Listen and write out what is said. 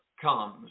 comes